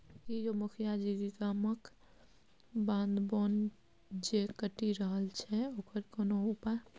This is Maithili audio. की यौ मुखिया जी गामक बाध बोन जे कटि रहल छै ओकर कोनो उपाय